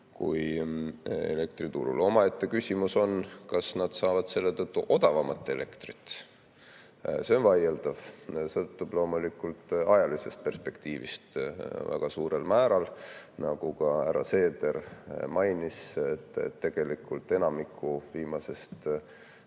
kui elektriturul. Omaette küsimus on, kas nad saavad selle tõttu odavamat elektrit. See on vaieldav, sõltub loomulikult ajalisest perspektiivist väga suurel määral. Nagu ka härra Seeder mainis, et tegelikult enamiku viimasest pea